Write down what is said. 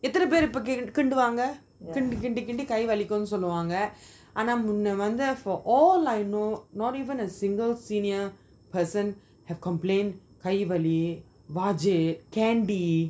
எத்துணை பெரு இப்போ கிண்டுவாங்க கிண்டி கிண்டி கிண்டி காய் வலிக்கும் சொல்லுவாங்க ஆனா முன்ன வந்து:eathuna peru ipo kinduvanga kindi kindi kindi kai valikum soluvanga aana munna vanthu for all I know not even a single senior person have complained காய் வலி வாஜி:kai vali vaji candy